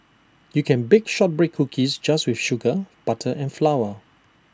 you can bake Shortbread Cookies just with sugar butter and flour